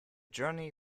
journey